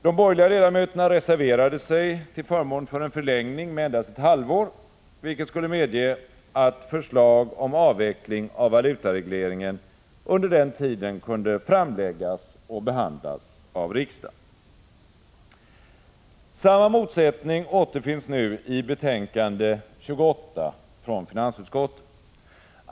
De borgerliga ledamöterna reserverade sig till förmån för en förlängning med endast ett halvår, vilket skulle medge att förslag om avveckling av valutaregleringen under den tiden kunde framläggas och behandlas av riksdagen. Samma motsättning återfinns nu i betänkande 28 från finansutskottet.